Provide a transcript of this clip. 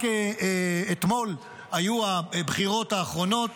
רק אתמול היו הבחירות האחרונות,